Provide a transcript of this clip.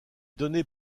données